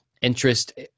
interest